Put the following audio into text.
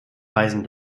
reisen